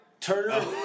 Turner